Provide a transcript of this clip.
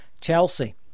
Chelsea